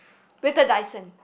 better Dyson